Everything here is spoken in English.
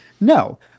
No